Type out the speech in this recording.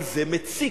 אבל זה מציק,